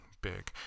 big